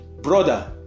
Brother